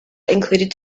included